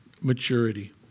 maturity